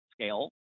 scale